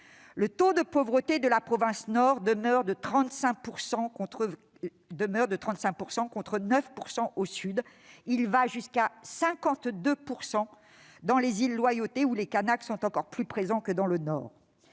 Le taux de pauvreté de la province Nord demeure de 35 %, contre 9 % au Sud. Il s'élève à 52 % dans les îles Loyauté, où les Kanaks sont encore plus présents que dans le Nord.